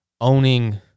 owning